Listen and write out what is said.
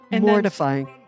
Mortifying